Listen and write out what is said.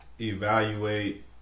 Evaluate